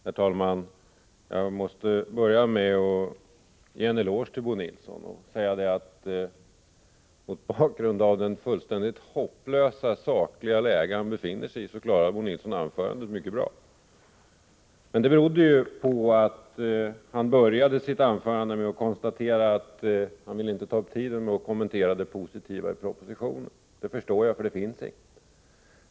Herr talman! Jag måste börja med att ge Bo Nilsson en eloge. Mot bakgrund av det fullständigt hopplösa läge han sakligt sett befinner sig i klarade Bo Nilsson sitt anförande mycket bra. Det berodde på att han började med att säga att han inte ville ta upp tiden med att kommentera det positiva i propositionen — det förstår jag, för det finns inget.